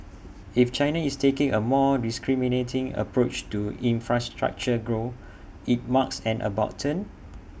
if China is taking A more discriminating approach to infrastructure growth IT marks an about turn